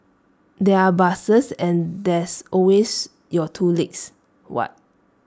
there are buses and there's always your two legs what